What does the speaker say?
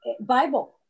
Bible